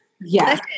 Yes